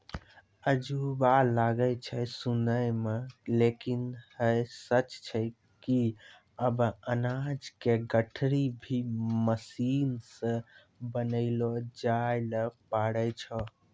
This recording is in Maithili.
अजूबा लागै छै सुनै मॅ लेकिन है सच छै कि आबॅ अनाज के गठरी भी मशीन सॅ बनैलो जाय लॅ पारै छो